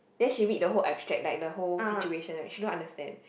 then she read the whole abstract like the whole situation right she don't understand